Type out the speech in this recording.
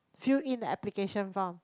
fill in the application form